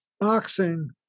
boxing